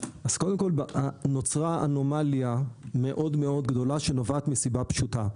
נוצרה אנומליה גדולה מאוד שנובעת מסיבה פשוטה,